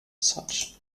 such